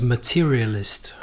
Materialist